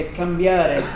cambiare